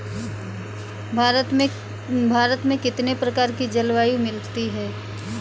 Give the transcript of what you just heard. भारत में कितनी प्रकार की जलवायु मिलती है?